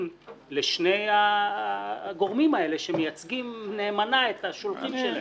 ולהאמין לשני הגורמים האלה שמייצגים נאמנה את השולחים שלהם.